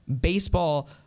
baseball